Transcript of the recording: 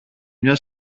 μια